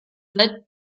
led